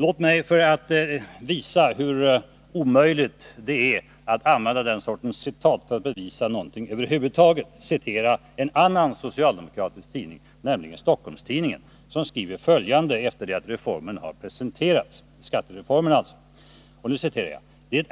Låt mig för att visa hur omöjligt det är att använda den sortens citat för att bevisa någonting över huvud taget citera en annan socialdemokratisk tidning, nämligen Stockholms-Tidningen, som skrev följande efter det att skattereformen hade presenterats: ”Det